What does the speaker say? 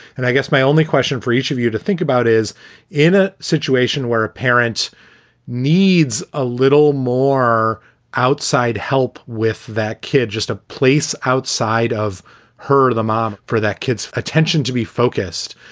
and i guess my only question for each of you to think about is in a situation where a parent needs a little more outside help with that kid, just a place outside of her, the mom for that kid's attention to be focused.